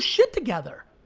shit together.